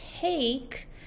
take